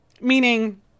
meaning